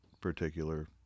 particular